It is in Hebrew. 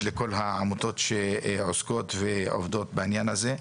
לכל העמותות שעוסקות ועובדות בעניין הזה,